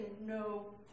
no